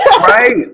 Right